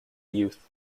youth